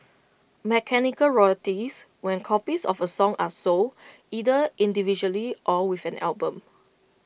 mechanical royalties when copies of A song are sold either individually or with an album